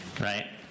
right